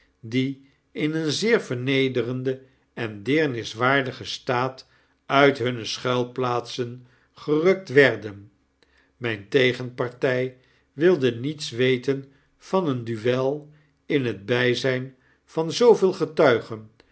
die in een zeer vernederden en deerniswaardigen staat uit hunne schuilplaatsen gerukt werden myne tegenparty wilde niets weten van een duel in het bijzjjn van zooveel getuigen